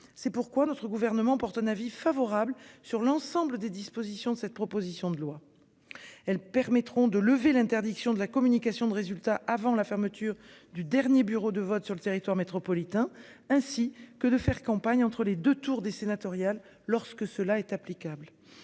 C'est pourquoi notre gouvernement porte un avis favorable sur l'ensemble des dispositions de cette proposition de loi. Elles permettront de lever l'interdiction de la communication de résultats avant la fermeture du dernier bureau de vote sur le territoire métropolitain, ainsi que de faire campagne entre les 2 tours des sénatoriales lorsque cela est applicable.